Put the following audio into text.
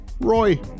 Roy